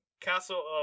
Castle